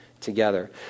together